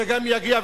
זה גם יגיע,